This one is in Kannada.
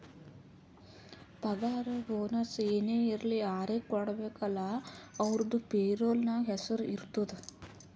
ಪಗಾರ ಬೋನಸ್ ಏನೇ ಇರ್ಲಿ ಯಾರಿಗ ಕೊಡ್ಬೇಕ ಅಲ್ಲಾ ಅವ್ರದು ಪೇರೋಲ್ ನಾಗ್ ಹೆಸುರ್ ಇರ್ತುದ್